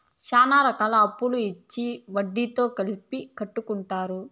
శ్యానా రకాలుగా అప్పులు ఇచ్చి వడ్డీతో కలిపి కట్టించుకుంటారు